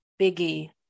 Biggie